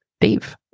Dave